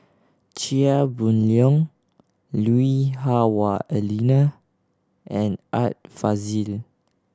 Chia Boon Leong Lui Hah Wah Elena and Art Fazil